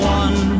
one